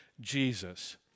Jesus